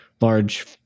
large